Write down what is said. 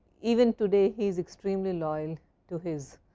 even today he is extremely loyal to his